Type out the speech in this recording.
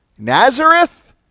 Nazareth